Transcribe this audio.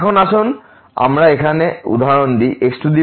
এখন আসুন আমরা এখানে উদাহরণ দিই xx এবং x 0 তে যায়